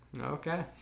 Okay